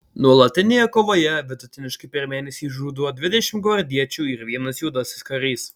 nuolatinėje kovoje vidutiniškai per mėnesį žūdavo dvidešimt gvardiečių ir vienas juodasis karys